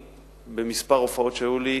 בכמה הופעות שהיו לי,